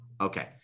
Okay